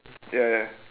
ya ya